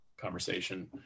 conversation